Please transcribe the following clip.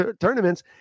tournaments